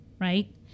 right